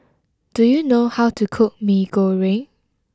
do you know how to cook Mee Goreng